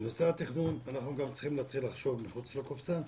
בנושא התכנון אנחנו צריכים להתחיל לחשוב מחוץ לקופסה.